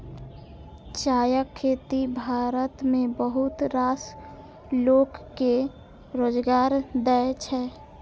चायक खेती भारत मे बहुत रास लोक कें रोजगार दै छै